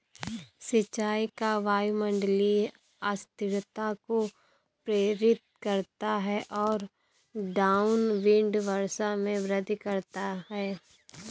सिंचाई का वायुमंडलीय अस्थिरता को प्रेरित करता है और डाउनविंड वर्षा में वृद्धि करता है